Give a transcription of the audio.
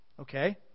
Okay